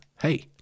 Hey